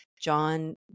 John